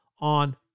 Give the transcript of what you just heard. on